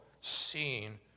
seen